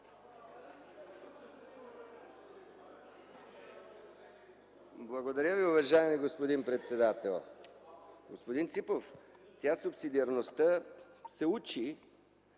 Благодаря Ви, уважаеми господин председател. Господин Ципов, субсидиарността се учи,